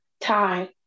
time